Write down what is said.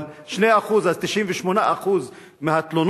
אבל, 2%, אז 98% מהתלונות